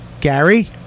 Gary